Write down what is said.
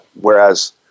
whereas